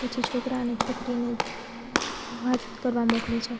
પછી છોકરા અને છોકરીને વાત કરવા મોકલે છે